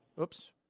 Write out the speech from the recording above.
Oops